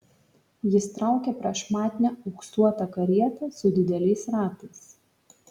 jis traukė prašmatnią auksuotą karietą su dideliais ratais